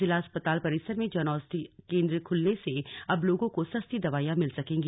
जिला अस्पताल परिसर में जन औषधि केंद्र खुलने से अब लोगों को सस्ती दवाइयां मिल सकेंगी